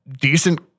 decent